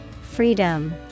Freedom